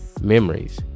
Memories